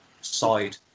side